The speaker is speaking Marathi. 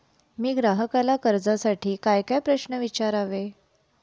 मी ग्राहकाला कर्जासाठी कायकाय प्रश्न विचारावे?